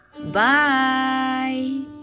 Bye